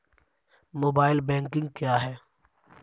Mobile banking क्या है?